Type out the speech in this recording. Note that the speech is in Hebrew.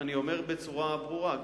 אני אומר בצורה ברורה.